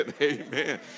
amen